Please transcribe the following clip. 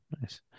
Nice